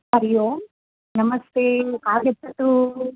हरिः ओं नमस्ते आगच्छतु